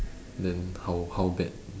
then how how bad